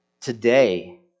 today